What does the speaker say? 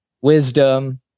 wisdom